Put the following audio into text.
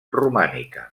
romànica